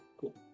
Cool